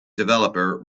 developer